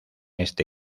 este